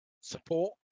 Support